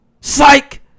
Psych